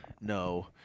no